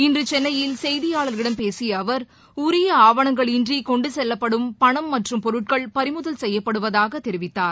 இன்றுசென்னையில் செய்தியாளர்களிடம் பேசியஅவர் உரியஆவணங்கள் இன்றிகொண்டுசெல்லப்படும் பணம் மற்றும் பொருட்கள் பறிமுதல் செய்யப்படுவதாகதெரிவித்தார்